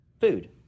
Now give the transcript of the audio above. Food